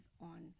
on